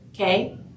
okay